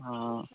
हां